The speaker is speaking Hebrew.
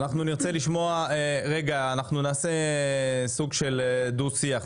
נעשה סוג של דו שיח,